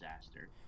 disaster